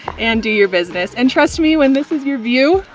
and do your business. and trust me when this is your view,